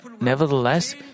Nevertheless